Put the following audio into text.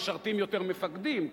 משרתים יותר מפקדים,